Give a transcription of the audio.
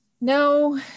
no